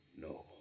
No